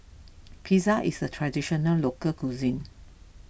Pizza is a Traditional Local Cuisine